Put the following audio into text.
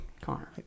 Connor